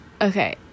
Okay